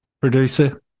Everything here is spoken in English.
producer